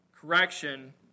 correction